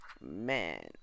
man